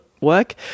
work